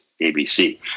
ABC